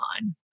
on